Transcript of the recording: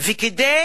וכדי